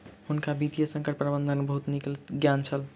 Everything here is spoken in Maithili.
हुनका वित्तीय संकट प्रबंधनक बहुत नीक ज्ञान छल